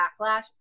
backlash